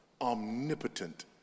omnipotent